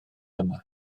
yma